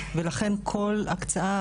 ולכן כל הקצאה,